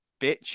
bitch